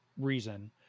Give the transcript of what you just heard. reason